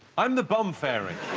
i'm the bomb fairy